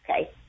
Okay